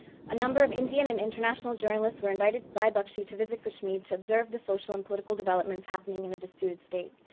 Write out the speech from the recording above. a number of indian and international journalists were invited by bakshi to visit kashmir to observe the social and political developments happening in the disputed state.